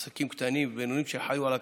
עסקים קטנים ובינוניים שחיו על הקצה,